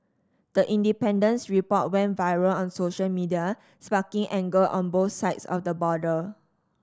the Independent's report went viral on social media sparking anger on both sides of the border